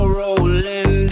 rolling